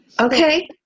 Okay